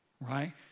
right